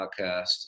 podcast